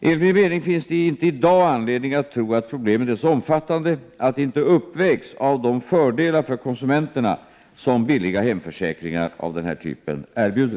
Enligt min mening finns det inte i dag anledning att tro att problemet är så omfattande att det inte uppvägs av de fördelar för konsumenterna som billiga hemförsäkringar av denna typ erbjuder.